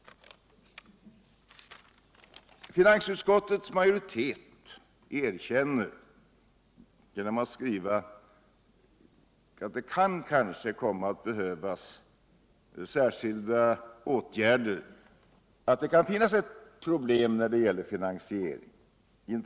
Genom alt skriva att det kanske kan komma att behöva vidtas särskilda åtgärder erkänner finansutskotltets majoritet att det kan bli problem med finansieringen.